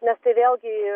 nes tai vėlgi